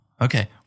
okay